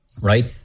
Right